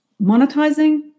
monetizing